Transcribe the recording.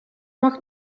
mag